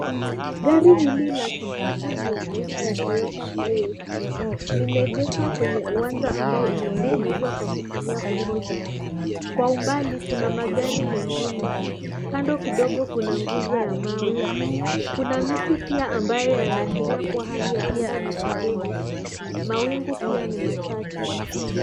Gari hili la kijivu ni ya aina ya Toyota Hiace, limeegeshwa kwenye uwanja ambao umetengenezwa kwa kutumia kokoto. Kwa umbali kuna magari mengine. Kando kidogo kuna nguzo ya mawe. Kuna miti pia ambayo yanaashiria kwa hali ya anga ni tulivu. Mawingu pia ni machache.